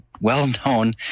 well-known